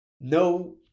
no